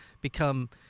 become